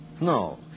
No